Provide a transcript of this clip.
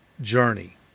journey